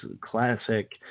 Classic